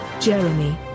Jeremy